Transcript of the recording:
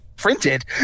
printed